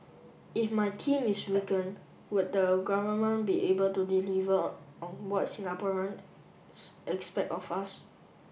if my team is weaken would the government be able to deliver on on what Singaporeans expect of us